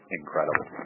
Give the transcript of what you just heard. incredible